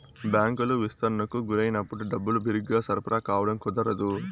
బ్యాంకులు విస్తరణకు గురైనప్పుడు డబ్బులు బిరిగ్గా సరఫరా కావడం కుదరదు